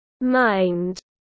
mind